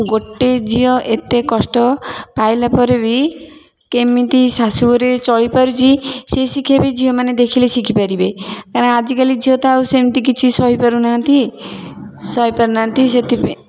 ଗୋଟେ ଝିଅ ଏତେ କଷ୍ଟ ପାଇଲା ପରେ ବି କେମିତି ଶାଶୁଘରେ ଚଳି ପାରୁଛି ସେ ଶିକ୍ଷା ବି ଝିଅମାନେ ଦେଖିଲେ ଶିଖିପାରିବେ କାରଣ ଆଜିକାଲି ଝିଅ ତ ଆଉ ସେମିତି କିଛି ସହିପାରୁନାହାଁନ୍ତି ସହିପାରୁନାହାଁନ୍ତି ସେଥିପାଇଁ